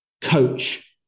coach